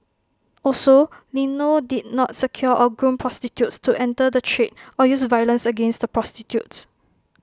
also Lino did not secure or groom prostitutes to enter the trade or use violence against the prostitutes